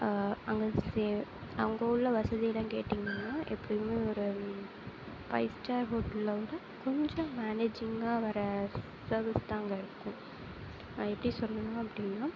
அங்கே சே அங்கே உள்ள வசதிலாம் கேட்டிங்கன்னால் எப்போயுமே ஒரு ஃபைவ் ஸ்டார் ஹோட்டலில் வந்து கொஞ்சம் மேனேஜிங்கா வர சர்வீஸ் தான் அங்கே இருக்கும் எப்படி சொல்லலாம் அப்படின்னா